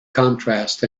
contrast